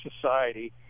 society